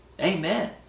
Amen